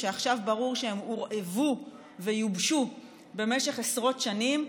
שעכשיו ברור שהם הורעבו ויובשו במשך עשרות שנים.